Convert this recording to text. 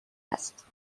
است